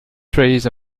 trees